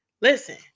listen